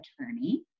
attorney